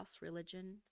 religion